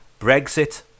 Brexit